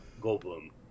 Goldblum